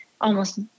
almost-